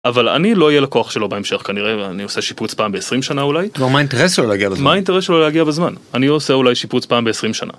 אבל אני לא אהיה לקוח שלו בהמשך, כנראה אני עושה שיפוץ פעם ב-20 שנה אולי. מה האינטרס שלו להגיע בזמן? מה האינטרס שלו להגיע בזמן? אני עושה אולי שיפוץ פעם ב-20 שנה.